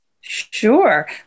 Sure